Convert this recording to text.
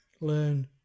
learn